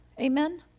amen